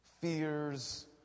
fears